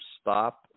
stop